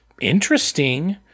interesting